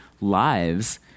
lives